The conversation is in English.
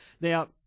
Now